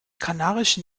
kanarischen